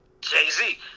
Jay-Z